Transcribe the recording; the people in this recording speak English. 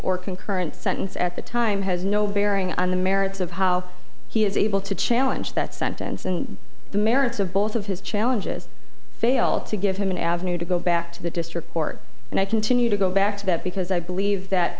or concurrent sentence at the time has no bearing on the merits of how he is able to challenge that sentence and the merits of both of his challenges fail to give him an avenue to go back to the district court and i continue to go back to that because i believe that